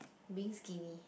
being skinny